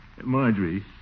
Marjorie